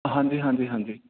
ਹਾਂਜੀ ਹਾਂਜੀ ਹਾਂਜੀ